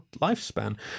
lifespan